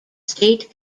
state